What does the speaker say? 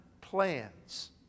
plans